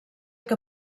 que